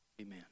Amen